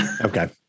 Okay